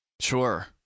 Sure